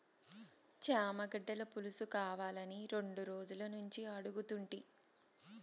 చేమగడ్డల పులుసుకావాలని రెండు రోజులనుంచి అడుగుతుంటి